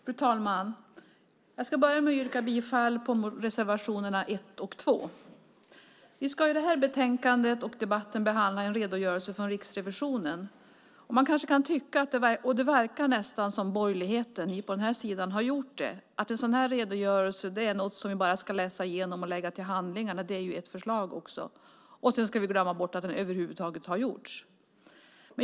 Fru talman! Jag börjar med att yrka bifall till reservationerna 1 och 2. Vi ska i den här debatten behandla ett betänkande som rör en redogörelse från Riksrevisionen. Det verkar nästan som om borgerligheten anser att en sådan redogörelse bara ska läsas igenom och läggas till handlingarna. Det är ett förslag. Sedan ska vi glömma bort att redogörelsen över huvud taget har gjorts.